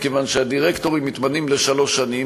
מכיוון שהדירקטורים מתמנים לשלוש שנים,